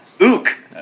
Ook